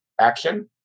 action